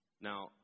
Now